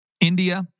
India